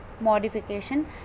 modification